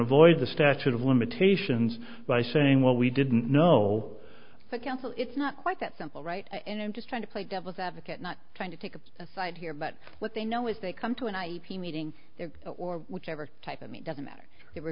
avoid the statute of limitations by saying well we didn't know but counsel it's not quite that simple right and i'm just trying to play devil's advocate not trying to take a side here but what they know is they come to an i p meeting or whichever type of me doesn't matter they were